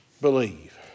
believe